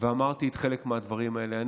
ואמרתי חלק מהדברים האלה.